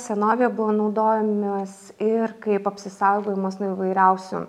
senovėje buvo naudojamas ir kaip apsisaugojimas nuo įvairiausių